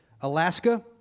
Alaska